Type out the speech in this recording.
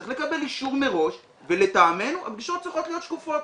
צריך לקבל אישור מראש ולטעמנו הפגישות צריכות להיות שקופות.